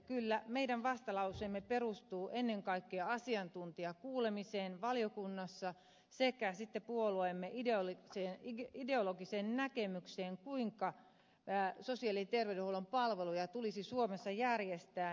kyllä meidän vastalauseemme perustuu ennen kaikkea asiantuntijakuulemisiin valiokunnassa sekä sitten puolueemme ideologiseen näkemykseen kuinka sosiaali ja terveydenhuollon palveluja tulisi suomessa järjestää